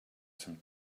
some